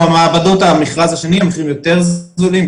במעבדות במכרז השני המחירים יותר זולים,